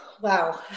wow